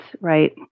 Right